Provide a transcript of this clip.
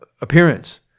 appearance